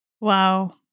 Wow